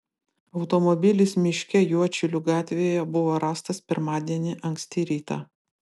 automobilis miške juodšilių gatvėje buvo rastas pirmadienį anksti rytą